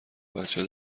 بچه